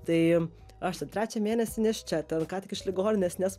tai aš ten trečią mėnesį nėščia ten ką tik iš ligoninės nes